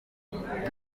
hakenewe